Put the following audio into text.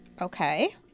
Okay